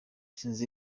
sinzi